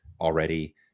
already